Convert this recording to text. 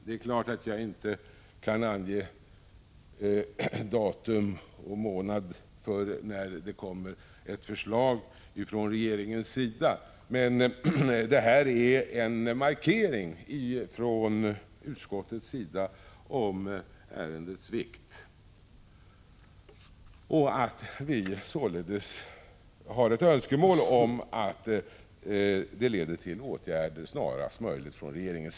Jag kan givetvis inte ange något exakt datum för när ett förslag från regeringen kommer att föreligga, men utskottet har här gjort en markering om ärendets vikt och om önskemålet att detta leder till att regeringen snarast möjligt vidtar åtgärder.